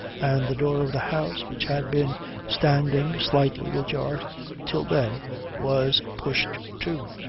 and the door of the house which had been standing slightly ajar till then was pushed to.